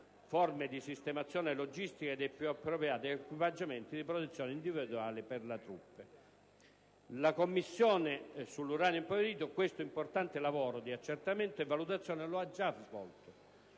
forme di sistemazione logistica e dei più appropriati equipaggiamenti di protezione individuali per le truppe impiegate». La Commissione sull'uranio impoverito questo importante lavoro di accertamento e valutazione lo ha già svolto,